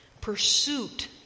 pursuit